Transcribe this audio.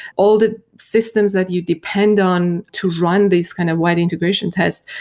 all the systems that you depend on to run these kind of wide integration test,